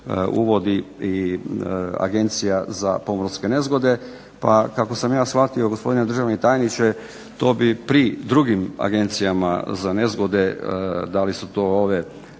uvodi i Agencija za pomorske nezgode. Pa kako sam ja shvatio gospodine državni tajniče to bi pri drugim agencijama za nezgode, da li su to ove